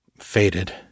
Faded